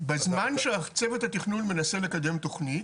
בזמן שצוות התכנון מנסה לקדם תכנית,